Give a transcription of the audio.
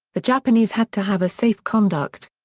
the japanese had to have a safe conduct.